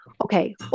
Okay